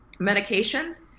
medications